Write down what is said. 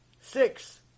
Six